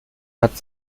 hat